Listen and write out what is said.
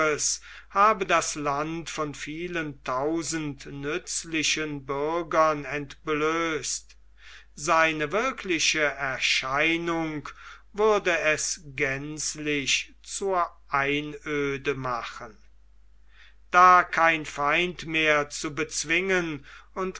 habe das land von vielen tausend nützlichen bürgern entblößt seine wirkliche erscheinung würde es gänzlich zur einöde machen da kein feind mehr zu bezwingen und